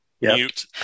Mute